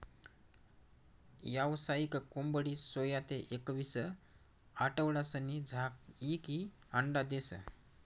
यावसायिक कोंबडी सोया ते एकवीस आठवडासनी झायीकी अंडा देस